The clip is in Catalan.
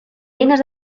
eines